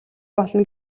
болно